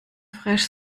fraiche